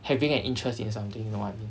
having an interest in something know what I mean